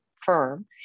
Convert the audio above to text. firm